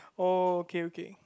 oh okay okay